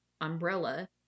umbrella